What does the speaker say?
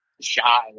shy